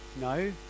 No